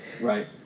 Right